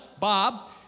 Bob